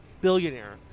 billionaire